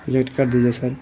rate کر دیجیے سر